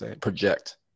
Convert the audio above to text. project